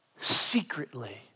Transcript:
secretly